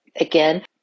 again